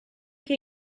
che